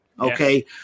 Okay